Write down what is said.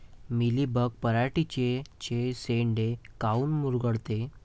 Mealybug पराटीचे चे शेंडे काऊन मुरगळते?